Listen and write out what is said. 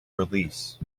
release